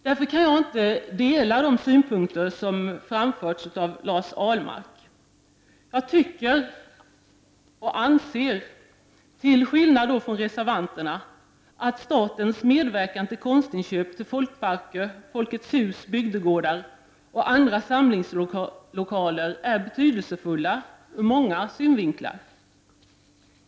Därför kan jag inte dela de synpunkter som framförts av Lars Ahlmark. Jag anser, till skillnad från reservanterna, att statens medverkan till konstinköp till folkparker, Folkets hus, bygdegårdar och andra samlingslokaler är betydelsefull ur många synvinklar.